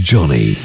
Johnny